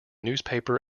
newspaper